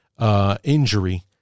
injury